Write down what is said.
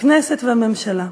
הכנסת והממשלה.